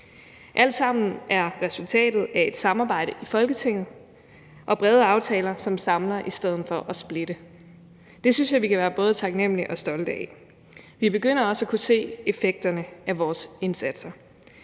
alt sammen resultatet af et samarbejde i Folketinget, og det er brede aftaler, som samler i stedet for at splitte. Det synes jeg vi kan være både taknemmelige for og stolte af. Vi begynder også at kunne se effekterne af vores indsatser.